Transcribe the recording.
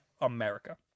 America